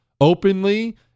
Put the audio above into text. Openly